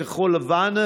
כחול-לבן,